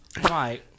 right